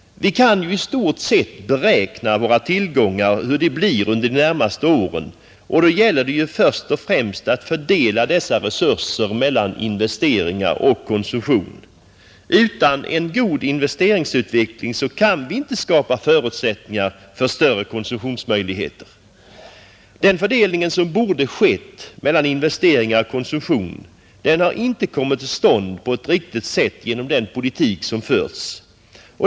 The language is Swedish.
Vi kan i stort beräkna vilka våra tillgångar blir under de närmaste åren och då gäller det först och främst att fördela dessa resurser mellan investeringar och konsumtion. Utan en god investeringsutveckling kan vi inte skapa förutsättningar för större konsumtionsmöjligheter. Den fördelning som borde skett mellan investeringar och konsumtion har inte kommit till stånd på ett riktigt sätt genom den politik som förts.